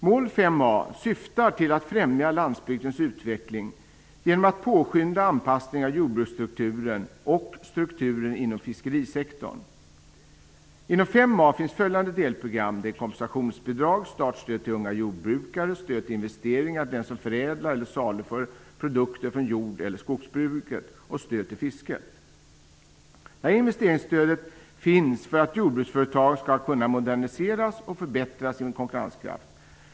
Mål 5a syftar till att främja landsbygdens utveckling genom att påskynda anpassningen av jordbruksstrukturen och strukturen inom fiskerisektorn. Inom 5a finns följande delprogram: kompensationsbidrag, startstöd till unga jordbrukare, stöd till investeringar till den som förädlar eller saluför produkter från jordeller skogsbruket och stöd till fiske. Syftet med investeringsstödet är att jordbruksföretagen skall kunna moderniseras och konkurrenskraften förbättras.